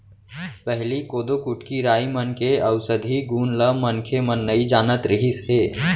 पहिली कोदो, कुटकी, राई मन के अउसधी गुन ल मनखे मन नइ जानत रिहिस हे